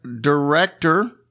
director